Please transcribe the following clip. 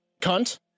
Cunt